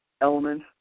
element